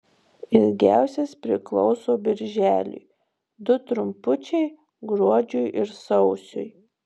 ilgiausias priklauso birželiui du trumpučiai gruodžiui ir sausiui